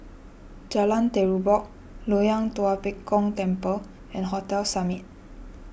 Jalan Terubok Loyang Tua Pek Kong Temple and Hotel Summit